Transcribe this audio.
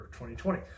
2020